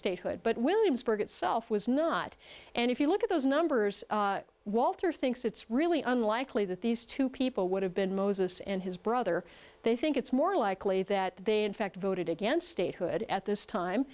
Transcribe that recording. statehood but williamsburg itself was not and if you look at those numbers walter thinks it's really unlikely that these two people would have been moses and his brother they think it's more likely that they in fact voted against statehood at this time